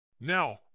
Now